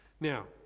now